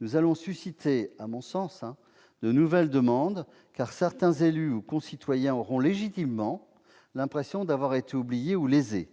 nous allons susciter de nouvelles demandes, car certains élus ou concitoyens auront légitimement l'impression d'avoir été oubliés ou lésés.